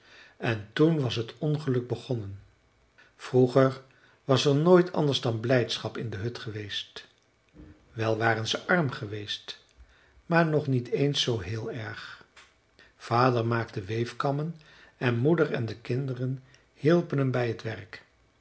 en toen was het ongeluk begonnen vroeger was er nooit anders dan blijdschap in de hut geweest wel waren ze arm geweest maar nog niet eens zoo heel erg vader maakte weefkammen en moeder en de kinderen hielpen hem bij het werk